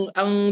ang